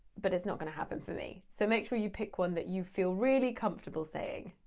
but it's not gonna happen for me. so make sure you pick one that you feel really comfortable saying.